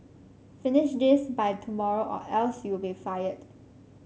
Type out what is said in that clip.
finish this by tomorrow or else you'll be fired